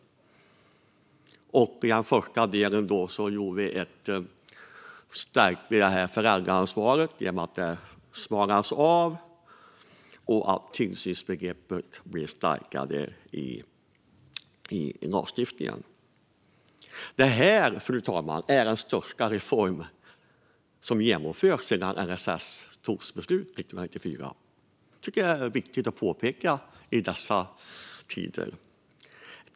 I den första delen stärkte vi föräldraansvaret genom att det smalnades av. Tillsynsbegreppet blev också starkare i lagstiftningen. Det här, fru talman, är den största reform som genomförts sedan det togs beslut om LSS år 1994; det tycker jag är viktigt att påpeka i dessa tider.